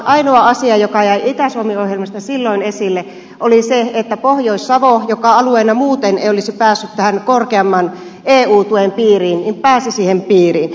ainoa asia joka jäi itä suomi ohjelmasta silloin esille oli se että pohjois savo joka alueena muuten ei olisi päässyt tähän korkeamman eu tuen piiriin pääsi sen piiriin